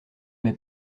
met